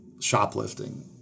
shoplifting